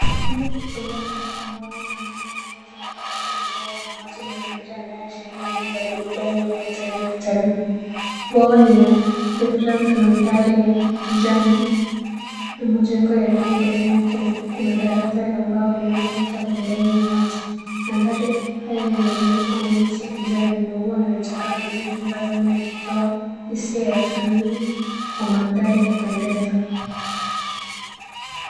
Hili ni jengo kubwa la mbao na mawe lililojengwa karibu na bwawa la maji mazingira yanayoashiria eneo la burudani au hoteli ya kitalii. Bwawa linareflect mandhari ya kijani na majengo yaliyo mbele yake na kuna daraja la mbao linalopita pembeni ya maji. Mandhari haya yamezungukwa na miti ya kijani, maua na vichaka vilivyotunza vyema ikitoa hisia ya utulivu wa mandhari ya kupendeza.